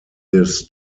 this